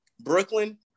Brooklyn